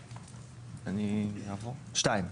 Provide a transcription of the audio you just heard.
(2)